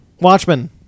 Watchmen